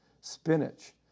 Spinach